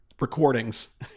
recordings